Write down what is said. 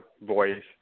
voice